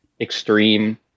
extreme